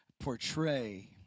portray